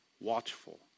Watchful